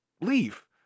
leave